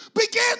Begin